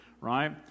right